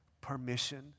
permission